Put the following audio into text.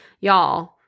y'all